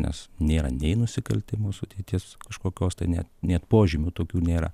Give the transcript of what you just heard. nes nėra nei nusikaltimo sudėties kažkokios tai ne net požymių tokių nėra